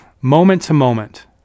moment-to-moment